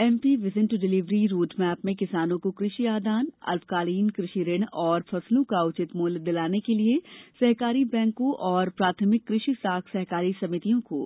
MP vision to delivery road map में किसानों को कृषि आदान अल्पकालीन कृषि ऋण तथा फसलों का उचित मूल्य दिलाने के लिए सहकारी बैंकों एवं प्राथमिक कृषि साख सहकारी सभितियों को